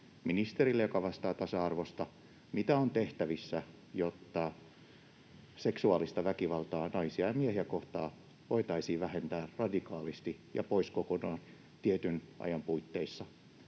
ministerille, joka vastaa tasa-arvosta. Mitä on tehtävissä, jotta seksuaalista väkivaltaa naisia ja miehiä kohtaan voitaisiin vähentää radikaalisti ja poistaa kokonaan tietyn ajan puitteissa?